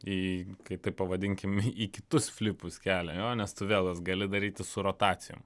į kaip tai pavadinkim į kitus flipus kelią jo nes tu vėl juos gali daryti su rotacijom